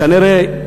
כנראה,